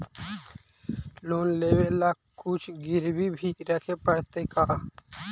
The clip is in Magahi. लोन लेबे ल कुछ गिरबी भी रखे पड़तै का?